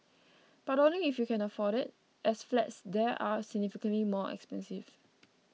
but only if you can afford it as flats there are significantly more expensive